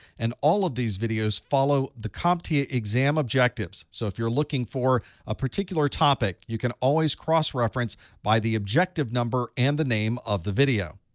and all of these videos follow the comptia exam objectives. so if you're looking for a particular topic, you can always cross-reference by the objective number and the name of the video.